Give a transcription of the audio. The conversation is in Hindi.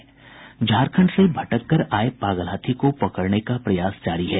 झारखंड से भटकर आये पागल हाथी को पकड़ने का प्रयास जारी है